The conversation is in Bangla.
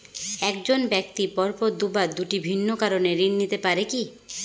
এক জন ব্যক্তি পরপর দুবার দুটি ভিন্ন কারণে ঋণ নিতে পারে কী?